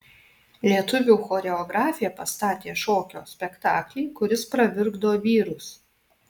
lietuvių choreografė pastatė šokio spektaklį kuris pravirkdo vyrus